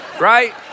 Right